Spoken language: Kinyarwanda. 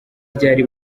ryari